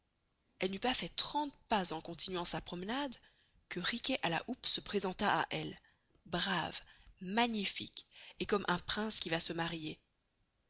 elle n'eut pas fait trente pas en continuant sa promenade que riquet à la houppe se presenta à elle brave magnifique et comme un prince qui va se marier